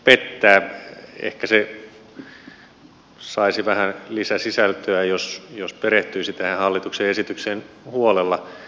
ehkä se saisi vähän lisäsisältöä jos hän perehtyisi tähän hallituksen esitykseen huolella